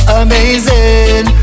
amazing